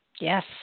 Yes